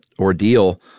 ordeal